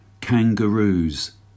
kangaroos